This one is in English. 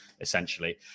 essentially